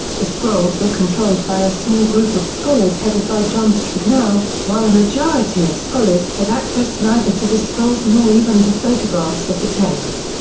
the scrolls were controlled by a small group of scholars headed by john strugnell, while a majority of scholars had access neither to the scrolls nor even to photographs of the text.